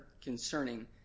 concerning